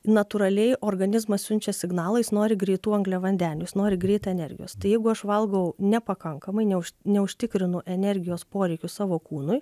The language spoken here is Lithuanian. natūraliai organizmas siunčia signalą jis nori greitų angliavandenių jis nori greit energijos tai jeigu aš valgau nepakankamai neužt neužtikrinu energijos poreikių savo kūnui